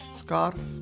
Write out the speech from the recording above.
scarf